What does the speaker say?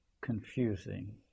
confusing